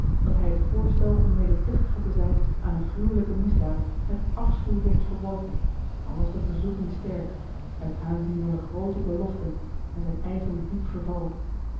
dat hij het voorstel om medeplichtige te zijn aan eene gruwelijke misdaad met afschuw heeft verworpen al was de verzoeking sterk uit aanzien van de groote beloften en zijn eigen diep verval